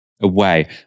away